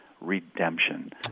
redemption